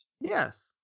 Yes